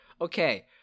okay